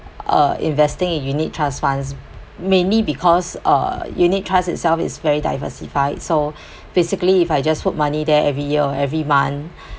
uh investing in unit trust funds mainly because uh unit trust itself is very diversified so basically if I just put money there every year or every month